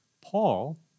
Paul